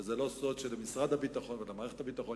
וזה לא סוד שלמשרד הביטחון ולמערכת הביטחון